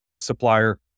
supplier